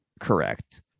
correct